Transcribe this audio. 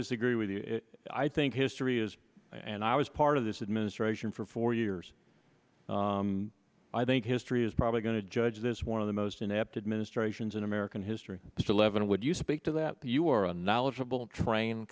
disagree with you i think history is and i was part of this administration for four years i think history is probably going to judge this one of the most inept administrations in american history mr levin would you speak to that you are